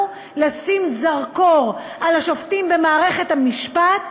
לשים זרקור על השופטים במערכת המשפט ולהגיד: